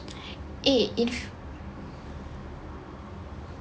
eh if